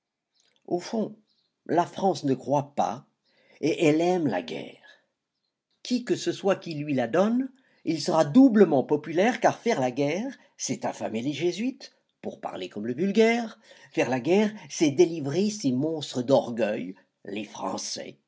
au fond la france ne croit pas et elle aime la guerre qui que ce soit qui la lui donne il sera doublement populaire car faire la guerre c'est affamer les jésuites pour parler comme le vulgaire faire la guerre c'est délivrer ces monstres d'orgueil les français